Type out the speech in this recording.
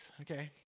Okay